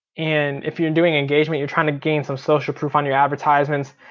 and if you're and doing engagement you're trying to gain some social proof on your advertisements.